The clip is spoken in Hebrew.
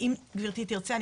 אם גברתי תרצה,